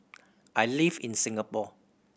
I live in Singapore